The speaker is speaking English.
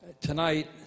Tonight